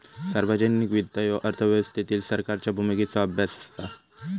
सार्वजनिक वित्त ह्यो अर्थव्यवस्थेतील सरकारच्या भूमिकेचो अभ्यास असा